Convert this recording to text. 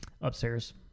Upstairs